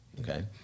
Okay